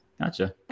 gotcha